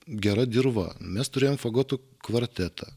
gera dirva mes turėjom fagotų kvartetą